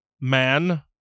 man